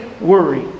worry